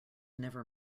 never